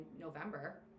November